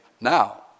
now